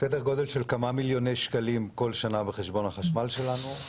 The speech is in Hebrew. סדר גודל של כמה מיליוני שקלים בכל שנה בחשבון החשמל שלנו.